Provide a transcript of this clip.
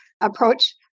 approach